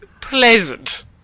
pleasant